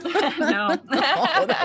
No